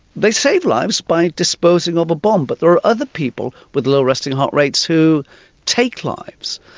they save lives by disposing of a bomb but there are other people with low resting heart rates who take lives.